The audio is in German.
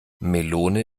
melone